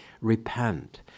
repent